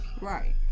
Right